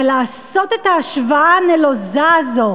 אבל לעשות את ההשוואה הנלוזה הזו